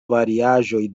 variaĵoj